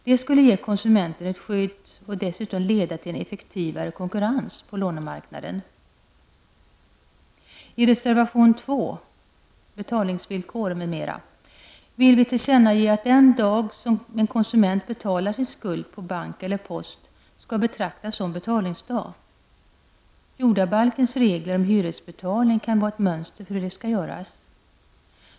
Det skulle ge konsumenten ett skydd och dessutom leda till en effektivare konkurrens på lånemarknaden. I reservation 2, Betalningsvillkor m.m., vill vi tillkännage att den dag som en konsument betalar sin skuld på bank eller post skall betraktas som betalningsdag. Jordabalkens regler om hyresbetalning kan vara ett mönster för hur det kan göras.